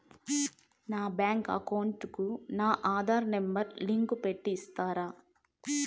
నా bank account కు నా ఆధార్ నెంబర్ లింకు పెట్టి ఇస్తారా?